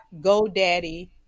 GoDaddy